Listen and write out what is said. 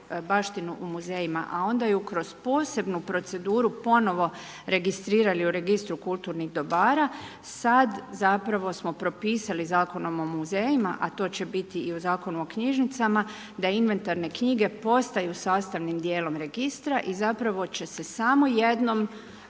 baštinu u muzejima, a onda ju kroz posebnu proceduru ponovno registrirali u registru kulturnih dobara, sada zapravo smo propisali Zakonom o muzejima, a to će biti i u Zakonu o knjižnicama, da inventarne knjige, postaju sastavne djelom registra i zapravo će se samo jednom